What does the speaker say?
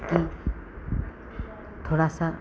कि थोड़ा सा